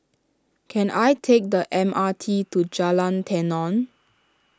can I take the M R T to Jalan Tenon